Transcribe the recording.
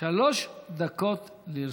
שלוש דקות לרשותך.